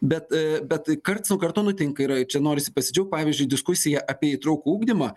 bet bet karts nuo karto nutinka ir čia norisi pasidžiaugt pavyzdžiui diskusija apie įtraukų ugdymą